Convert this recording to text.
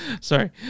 Sorry